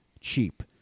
cheap